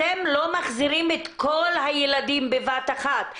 אתם לא מחזירים את כל הילדים בבת אחת.